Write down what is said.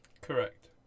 Correct